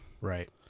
Right